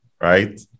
right